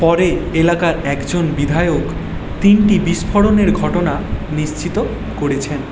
পরে এলাকার একজন বিধায়ক তিনটি বিস্ফোরণের ঘটনা নিশ্চিত করেছেন